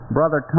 Brother